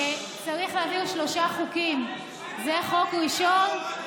למה הורדת שלילת אזרחות למחבלים?